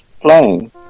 playing